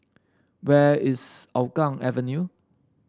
where is Hougang Avenue